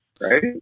right